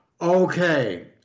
Okay